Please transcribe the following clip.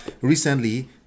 recently